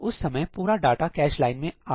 उस समय पूरा डाटा कैश लाइन में आ गया